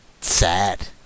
sad